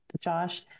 Josh